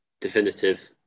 definitive